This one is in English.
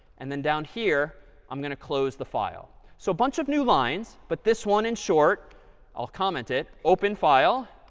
and then down here i'm going to close the file. so a bunch of new lines, but this one in short i'll comment it open file,